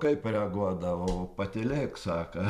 kaip reaguodavo patylėk sako